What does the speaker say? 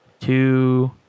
two